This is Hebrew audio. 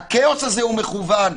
הכאוס הזה הוא מכוון.